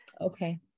Okay